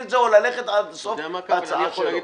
את זה או ללכת עד הסוף בהצעה שלו.